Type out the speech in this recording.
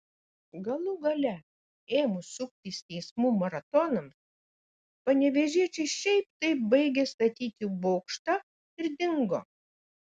galų gale ėmus suktis teismų maratonams panevėžiečiai šiaip taip baigė statyti bokštą ir dingo